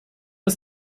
ist